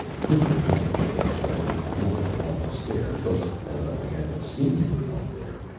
quickly enough, i guess, but with nothing at all to spare, because although i hadn't seen anyone there,